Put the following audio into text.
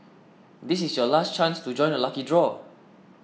this is your last chance to join the lucky draw